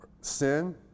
sin